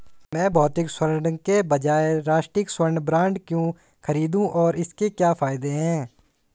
मैं भौतिक स्वर्ण के बजाय राष्ट्रिक स्वर्ण बॉन्ड क्यों खरीदूं और इसके क्या फायदे हैं?